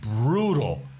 brutal